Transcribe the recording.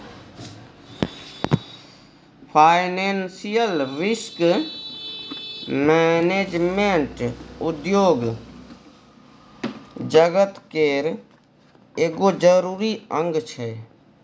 financial risk management उद्योग जगत केर एगो जरूरी अंग छै